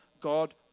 God